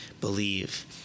believe